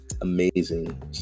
Amazing